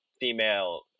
female